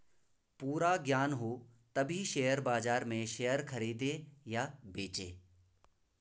पूरा ज्ञान हो तभी शेयर बाजार में शेयर खरीदे या बेचे